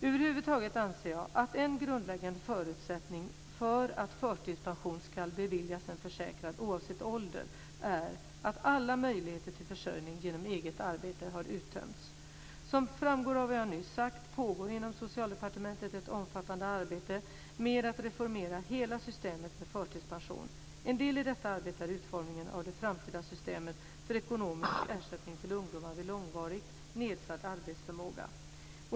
Över huvud taget anser jag att en grundläggande förutsättning för att förtidspension ska beviljas en försäkrad - oavsett ålder - är att alla möjligheter till försörjning genom eget arbete har uttömts. Som framgår av vad jag nyss sagt pågår inom Socialdepartementet ett omfattande arbete med att reformera hela systemet med förtidspension. En del i detta arbete är utformningen av det framtida systemet för ekonomisk ersättning till ungdomar vid långvarigt nedsatt arbetsförmåga.